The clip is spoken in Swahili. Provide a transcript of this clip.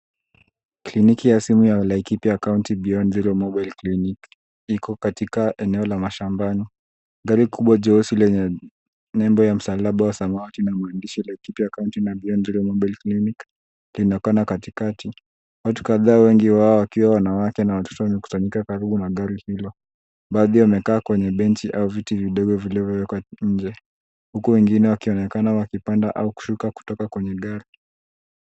Kliniki ya simu ya Laikipia country Beyond zero mobile clinic iko katika eneo la mashambani. Gari kubwa jeusi lenye nembo ya msalaba wa samawati na maandishi laikipia County na Beyond zero mobile clinic linaonekana katikati. Watu kadhaa wengi wao wakiwa wanawake na watoto wamekusanyika karibu na gari hilo baadhi wamekaa kwenye benchi au viti vidogo vilivyowekwa nje huku wengine wakionekana wakipanda au kushuka kutoka kwenye gari.